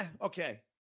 okay